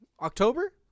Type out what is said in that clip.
October